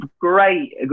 great